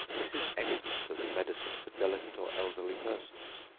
this is excellent as a medicine for delicate or elderly persons.